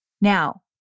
Now